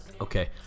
okay